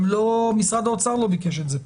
גם משרד האוצר לא ביקש את זה פה.